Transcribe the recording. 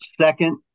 Second